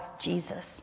Jesus